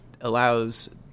allows